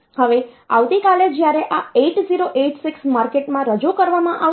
હવે આવતીકાલે જ્યારે આ 8086 માર્કેટમાં રજૂ કરવામાં આવશે